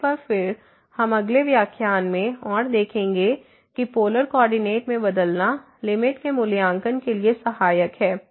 तो एक बार फिर हम अगले व्याख्यान में और देखेंगे कि पोलर कोऑर्डिनेट में बदलना लिमिट के मूल्यांकन के लिए सहायक है